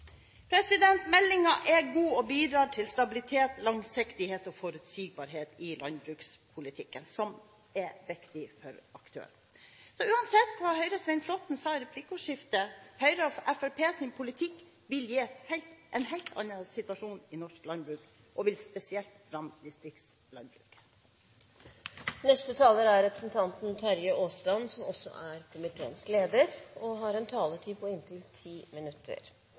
er god og bidrar til stabilitet, langsiktighet og forutsigbarhet i landbrukspolitikken, noe som er viktig for aktørene. Uansett hva Høyres Svein Flåtten sa i replikkordskiftet – Høyres og Fremskrittspartiets politikk vil gi en helt annen situasjon i norsk landbruk og vil spesielt ramme distriktslandbruket. Vi er i gang med å behandle en viktig melding om framtidens matproduksjon i et land hvor matproduksjon kanskje er